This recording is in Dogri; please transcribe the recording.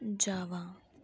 जावां